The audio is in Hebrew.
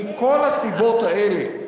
מכל הסיבות האלה,